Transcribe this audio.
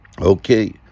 Okay